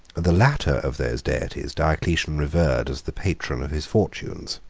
the latter of those deities diocletian revered as the patron of his fortunes,